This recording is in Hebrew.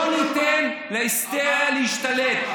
לא ניתן להיסטריה להשתלט.